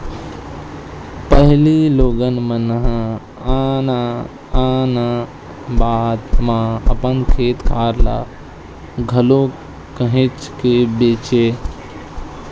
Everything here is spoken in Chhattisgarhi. पहिली लोगन मन ह नान नान बात म अपन खेत खार ल घलो काहेच के बेंचय